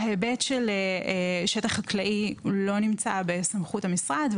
ההיבט של שטח חקלאי לא נמצא בסמכות המשרד.